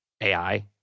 AI